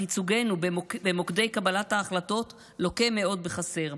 אך ייצוגנו במוקדי קבלת ההחלטות לוקה מאוד בחסר.